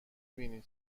بینی